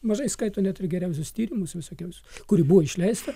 mažai skaito net ir geriausius tyrimus visokiausius kuri buvo išleista